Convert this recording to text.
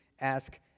ask